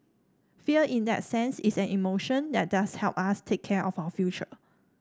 fear in that sense is an emotion that does help us take care of our future